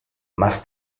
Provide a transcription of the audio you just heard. más